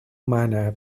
manner